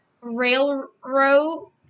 railroad